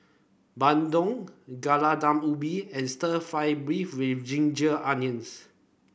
Bandung Gulai Daun Ubi and Stir Fried Beef with Ginger Onions